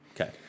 Okay